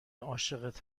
عاشقت